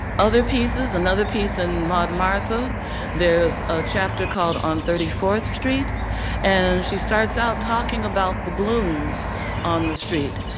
other pieces another piece in maud martha there's a chapter called on thirty fourth street and she starts out talking about the blooms on the street.